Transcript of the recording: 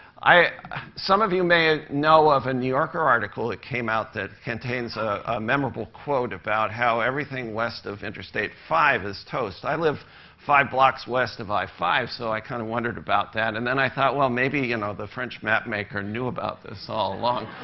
some of you may ah know of a new yorker article came out that contains a memorable quote about how everything west of interstate five is toast. i live five blocks west of i five, so i kind of wondered about that. and then i thought, well, maybe, you know, the french mapmaker knew about this all along.